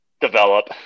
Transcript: develop